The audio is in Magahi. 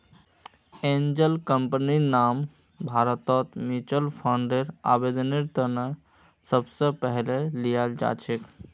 एंजल कम्पनीर नाम भारतत म्युच्युअल फंडर आवेदनेर त न सबस पहले ल्याल जा छेक